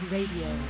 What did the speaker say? Radio